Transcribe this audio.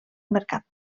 mercat